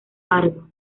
pardo